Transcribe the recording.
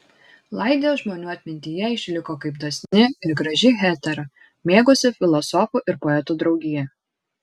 laidė žmonių atmintyje išliko kaip dosni ir graži hetera mėgusi filosofų ir poetų draugiją